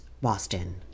Boston